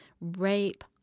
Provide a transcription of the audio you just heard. Rape